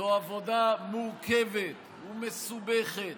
זו עבודה מורכבת ומסובכת,